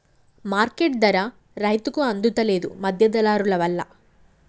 market ధర రైతుకు అందుత లేదు, మధ్య దళారులవల్ల